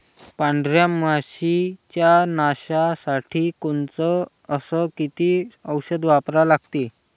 पांढऱ्या माशी च्या नाशा साठी कोनचं अस किती औषध वापरा लागते?